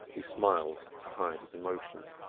he smiled to hide his emotion.